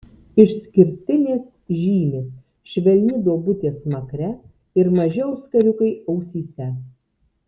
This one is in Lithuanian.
išskirtinės žymės švelni duobutė smakre ir maži auskariukai ausyse